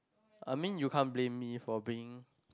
I mean you can't blame me for being